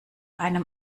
einem